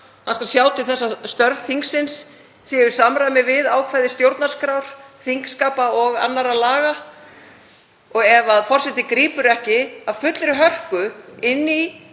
Hann skal sjá til þess að störf þingsins séu í samræmi við ákvæði stjórnarskrár, þingskapa og annarra laga. Ef forseti grípur ekki af fullri hörku inn í